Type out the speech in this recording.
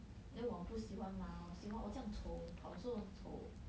then 我不喜欢 mah 我喜欢我这样丑跑的时候很丑